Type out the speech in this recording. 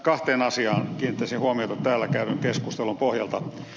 kahteen asiaan kiinnittäisin huomiota täällä käydyn keskustelun pohjalta